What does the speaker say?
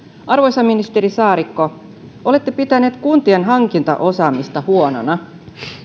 arvoisa ministeri saarikko olette pitänyt kuntien hankintaosaamista huonona